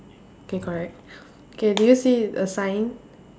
k correct k do you see a sign